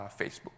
Facebook